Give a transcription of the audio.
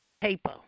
paper